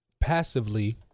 passively